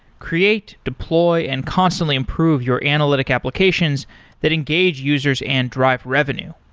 create, deploy and constantly improve your analytic applications that engage users and drive revenue.